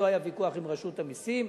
לא היה ויכוח עם רשות המסים.